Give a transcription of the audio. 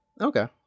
okay